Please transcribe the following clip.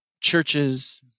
churches